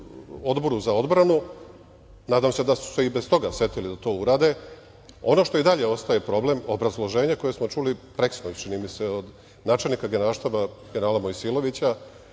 Odboru za odbranu. Nadam se da su se i bez toga setili da to urade. Ono što i dalje ostaje problem, obrazloženje koje smo čuli preksinoć, čini mi se, od načelnika Generalštaba, generala Mojsilovića,